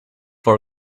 for